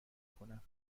کنم